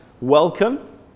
welcome